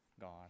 God